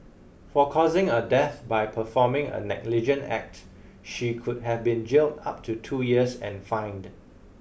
for causing a death by performing a negligent act she could have been jailed up to two years and fined